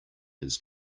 his